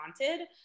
wanted